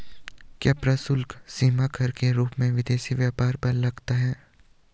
क्या प्रशुल्क सीमा कर के रूप में विदेशी व्यापार पर लगता है?